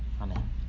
Amen